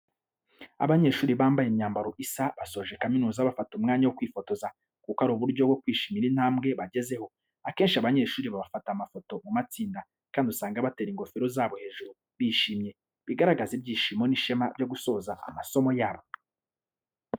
Abanyeshuri bambaye imyambaro isa basoje kaminuza bafata umwanya wo kwifotoza kuko ari uburyo bwo kwishimira intambwe bagezeho. Akenshi abanyeshuri bafata amafoto mu matsinda kandi usanga batera ingofero zabo hejuru bishimye, bigaragaza ibyishimo n'ishema byo gusoza amasomo yabo.